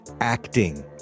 acting